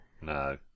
No